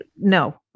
No